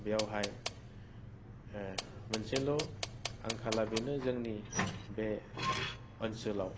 बेवहाय मोनसेल' आंखाला बेनो जोंनि बे ओनसोलाव